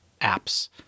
apps